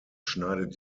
schneidet